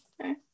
okay